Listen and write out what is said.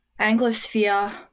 Anglosphere